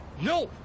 no